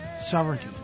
sovereignty